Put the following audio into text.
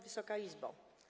Wysoka Izbo!